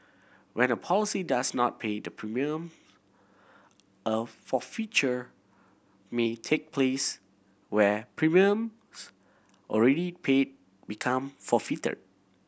when a policy does not pay the premium a forfeiture may take place where premiums already paid become forfeited